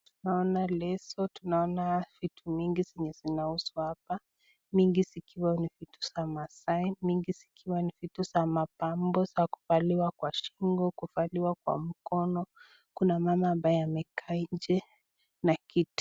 Tunaona leso. Tunaona vitu mingi zenye zinauzwa hapa. Mingi zikiwa ni vitu za mabambo za kuvaliwa kwa shingo, kuvaliwa Kwa mkono kuna mama ambaye amekaa nje na kiti.